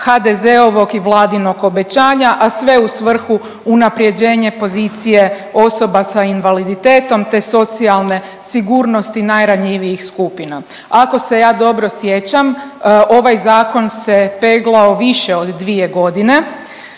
HDZ-ovog i vladinog obećanja, a sve u svrhu unaprjeđenje pozicije osoba sa invaliditetom te socijalne sigurnosti najranjivijih skupina. Ako se ja dobro sjećam ovaj zakon se peglao više od dvije godine.